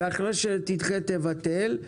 ואחרי שתדחה תבטל,